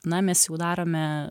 na mes jau darome